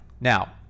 Now